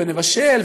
ונבשל,